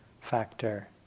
factor